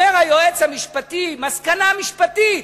אומר היועץ המשפטי מסקנה משפטית: